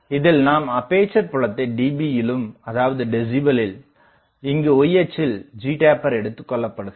இதில் நாம் அப்பேசர் புலத்தை dB யிலும் அதாவது டெசிபலில் இங்கு y அச்சில் ஜிடேப்பர் எடுத்துக் கொள்ளப்படுகிறது